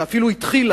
ואפילו התחיל,